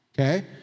Okay